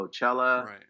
Coachella